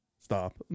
Stop